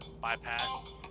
bypass